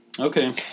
Okay